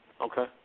Okay